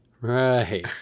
Right